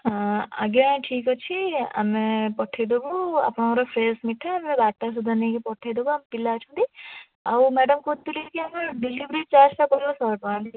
ହଁ ଆଜ୍ଞା ଠିକ୍ ଅଛି ଆମେ ପଠାଇଦେବୁ ଆପଣଙ୍କର ଫ୍ରେଶ୍ ମିଠା ବାରଟା ସୁଦ୍ଧା ନେଇକି ପଠାଇଦେବୁ ଆମ ପିଲା ଅଛନ୍ତି ଆଉ ମ୍ୟାଡ଼ାମ କହୁଥିଲି କି ଆମର ଡେଲିଭେରି ଚାର୍ଜଟା ପଡ଼ିବ ଶହେ ଟଙ୍କା